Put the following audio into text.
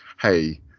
hey